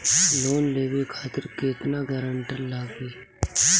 Loan लेवे खातिर केतना ग्रानटर लागी?